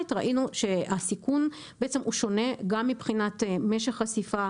שיט במהלך השנתיים האלה שהסיכון שונה מבחינת משך החשיפה,